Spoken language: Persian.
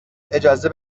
اجازه